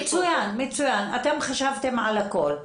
מצוין, חשבתם על הכול.